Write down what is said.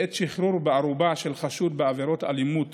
בעת שחרור בערובה של חשוד בעבירת אלימות